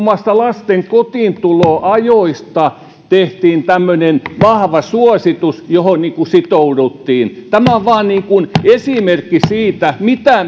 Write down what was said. muassa lasten kotiintuloajoista tehtiin tämmöinen vahva suositus johon sitouduttiin tämä on vain esimerkki siitä mitä